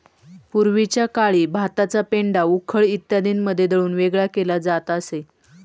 पूर्वीच्या काळी भाताचा पेंढा उखळ इत्यादींमध्ये दळून वेगळा केला जात असे